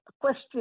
question